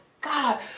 god